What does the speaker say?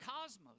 cosmos